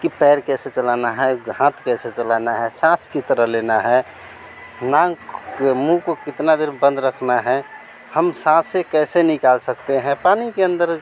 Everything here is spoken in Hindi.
कि पैर कैसे चलाना है हाथ कैसे चलाना है साँस कितना लेना है नाक मुँह को कितनी देर बंद रखना है हम साँसे कैसे निकाल सकते हैं पानी के अंदर